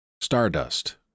Stardust